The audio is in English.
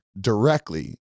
directly